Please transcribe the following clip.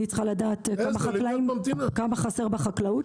אני צריכה לדעת כמה חסר בחקלאות.